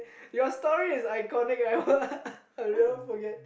your story is iconic I !wah! I will never forget